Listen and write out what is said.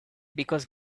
because